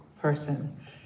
person